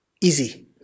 easy